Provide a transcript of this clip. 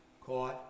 caught